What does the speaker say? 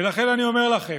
ולכן, אני אומר לכם,